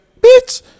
bitch